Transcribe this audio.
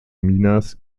minas